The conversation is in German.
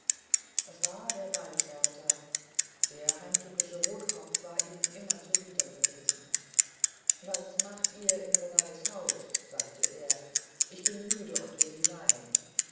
es war der waldwärter der heimtückische rotkopf war ihm immer zuwider gewesen was macht ihr hier in renalds haus sagte er ich bin müde ich will hinein